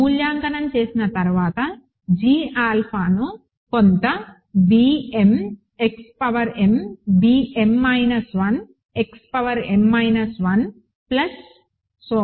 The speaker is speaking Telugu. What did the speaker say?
మూల్యాంకనం చేసిన తర్వాత g ఆల్ఫాను కొంత bm X m b m 1 X m 1